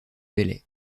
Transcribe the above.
belley